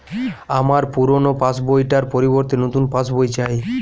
আমার পুরানো পাশ বই টার পরিবর্তে নতুন পাশ বই চাই